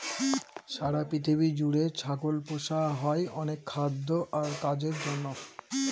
সারা পৃথিবী জুড়ে ছাগল পোষা হয় অনেক খাদ্য আর কাজের জন্য